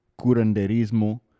curanderismo